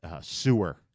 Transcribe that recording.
sewer